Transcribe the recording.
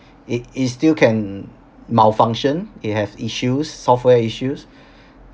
it is still can malfunction it have issues software issues